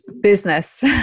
business